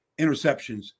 interceptions